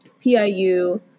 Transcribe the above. piu